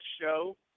show